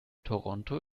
toronto